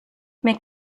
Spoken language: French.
mais